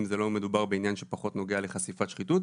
אם זה לא מדובר בעניין שפחות נוגע לחשיפת שחיתות